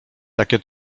takie